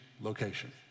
location